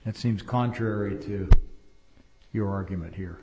it seems contrary to your argument here